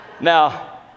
now